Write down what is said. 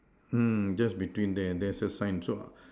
mm just between there there's a sign so